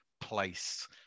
place